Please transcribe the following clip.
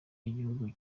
y’igihugu